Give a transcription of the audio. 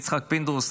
יצחק פינדרוס,